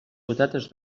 gotetes